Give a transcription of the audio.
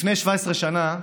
לפני 17 שנה,